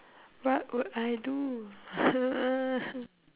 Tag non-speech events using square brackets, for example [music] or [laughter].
what would I do [noise]